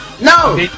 No